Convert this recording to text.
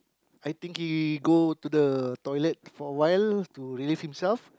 I think he go to the toilet for awhile to relieve himself